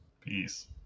Peace